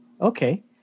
Okay